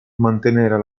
mantenere